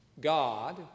God